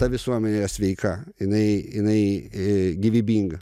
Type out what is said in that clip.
ta visuomenė sveika jinai jinai ė gyvybinga